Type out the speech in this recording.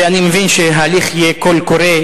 ואני מבין שההליך יהיה קול קורא,